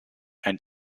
and